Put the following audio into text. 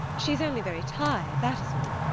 she's only very tired, that is all.